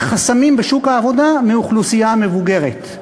חסמים בשוק העבודה מהאוכלוסייה המבוגרת.